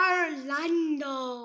Orlando